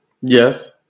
yes